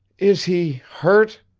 is he hurt?